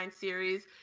series